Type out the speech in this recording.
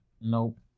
Nope